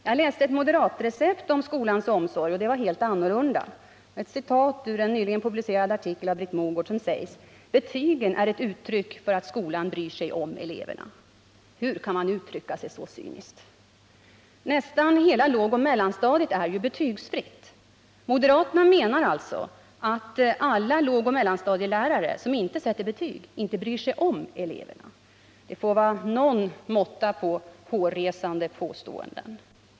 Jag läste ett moderatrecept om skolans omsorg, och det var helt annorlunda. Jag citerar ur en nyligen publicerad artikel av Britt Mogård, där hon säger: ”Betygen är ett uttryck för att skolan bryr sig om eleverna.” Hur kan man uttrycka sig så cyniskt? Nästan hela lågoch mellanstadiet är ju betygsfritt. Moderaterna menar alltså att alla lågoch mellanstadielärare, som inte sätter betyg, inte bryr sig om eleverna. Det får vara någon måtta på hårresande påståenden.